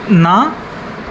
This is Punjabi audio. ਨਾ